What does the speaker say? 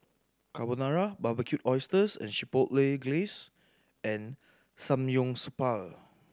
Carbonara Barbecued Oysters with Chipotle Glaze and Samgyeopsal